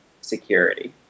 security